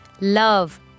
Love